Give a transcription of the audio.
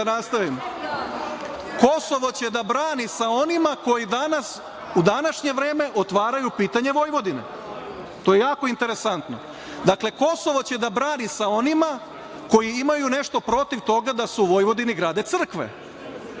druge strane Kosovo će da brani sa onima koji danas, u današnje vreme, otvaraju pitanje Vojvodine. To je jako interesantno.16/1 SČ/JJ 12.40 – 12.50Dakle, Kosovo će da brani sa onima koji imaju nešto protiv toga da su u Vojvodini grade crkve,